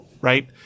right